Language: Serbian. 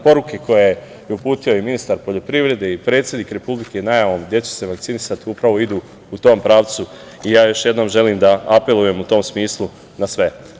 Poruke koje je uputio i ministar poljoprivrede i predsednik Republike najavom gde će se vakcinisati upravo idu u tom pravcu i ja još jednom želim da apelujem u tom smislu na sve.